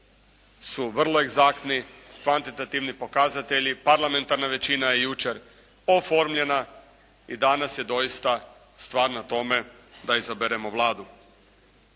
su vrlo egzaktni kvantitativni pokazatelji, parlamentarna većina je jučer oformljena i danas je doista stvar na tome da izaberemo Vladu.